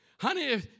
Honey